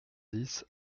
dix